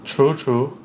true true